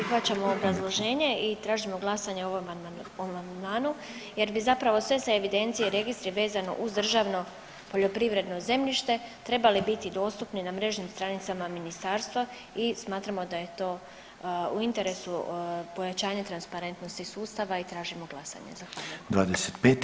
Prihvaćam obrazloženje i tražimo glasovanje o amandmanu, jer bi zapravo sve evidencije, registri vezano uz državno poljoprivredno zemljište trebali biti dostupni na mrežnim stranicama ministarstva i smatramo da je to u interesu pojačanja transparentnosti sustava i tražimo glasanje za to.